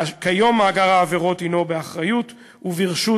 כיום מאגר העבירות הוא באחריות וברשות